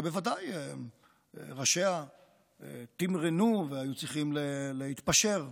שבוודאי ראשיה תמרנו והיו צריכים להתפשר.